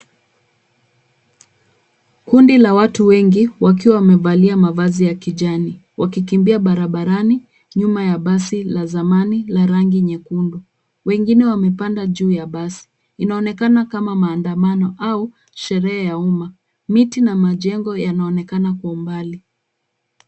Kundi la watu wengi wakiwa wamevalia mavazi ya kijani wakikimbia barabarani nyuma ya basi la zamani la rangi nyekundu. Wengine wamepanda juu ya basi. Inaonekana kama maandamano au sherehe ya umma. Miti na majengo yanaonekana kwa umbali.